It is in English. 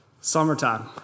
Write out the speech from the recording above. Summertime